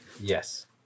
yes